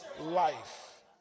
life